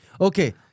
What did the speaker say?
Okay